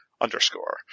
underscore